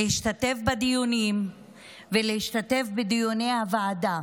מלהשתתף בדיונים ומלהשתתף בדיוני הוועדה.